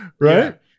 Right